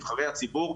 נבחרי הציבור,